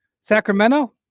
Sacramento